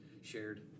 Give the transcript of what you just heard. shared